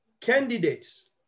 candidates